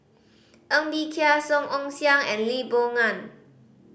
Ng Bee Kia Song Ong Siang and Lee Boon Ngan